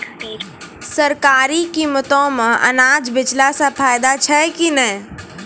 सरकारी कीमतों मे अनाज बेचला से फायदा छै कि नैय?